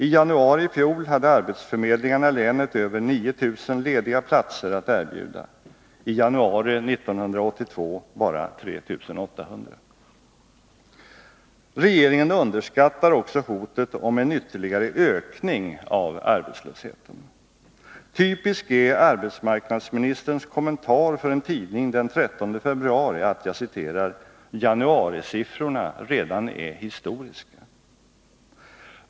I januari i fjol hade arbetsförmedlingarna i länet över 9 000 lediga platser att erbjuda — i januari 1982 bara 3 800. Regeringen underskattar också hotet om en ytterligare ökning av arbetslösheten. Typisk är arbetsmarknadsministerns kommentar för en tidning den 13 februari, att ”januarisiffrorna redan är historiska”!